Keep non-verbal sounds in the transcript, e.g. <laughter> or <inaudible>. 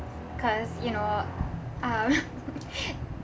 cause you know um <laughs>